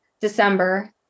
December